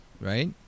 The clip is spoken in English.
right